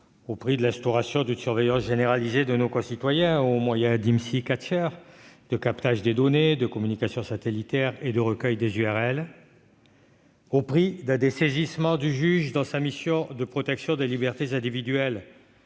Au prix de l'instauration d'une surveillance généralisée de nos concitoyens au moyen d', de captage des données de communication satellitaires et de recueil des URL ? Au prix d'un dessaisissement du juge dans sa mission de protection des libertés individuelles